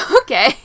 Okay